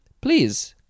please